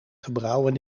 gebrouwen